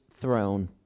throne